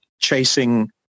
chasing